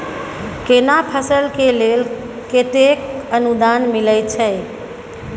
केना फसल के लेल केतेक अनुदान मिलै छै?